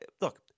Look